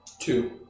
Two